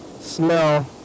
smell